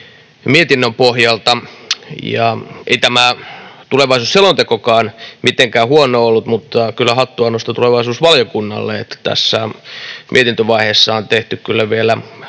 mietinnön pohjalta. Ei tämä tulevaisuusselontekokaan mitenkään huono ollut, mutta kyllä hattua nostan tulevaisuusvaliokunnalle: tässä mietintövaiheessa on tehty kyllä vielä